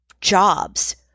jobs